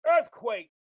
earthquake